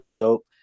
dope